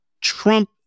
Trump